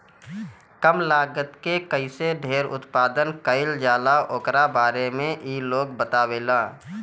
कम लागत में कईसे ढेर उत्पादन कईल जाला ओकरा बारे में इ लोग बतावेला